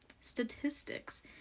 statistics